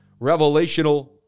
revelational